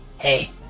Hey